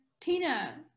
Tina